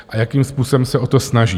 A jakým způsobem se o to snaží?